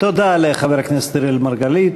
תודה לחבר הכנסת אראל מרגלית.